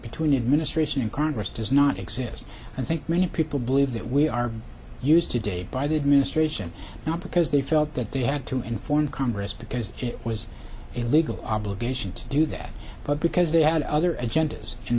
between administration and congress does not exist i think many people believe that we are used today by the administration not because they felt that they had to inform congress because it was a legal obligation to do that but because they had other agendas in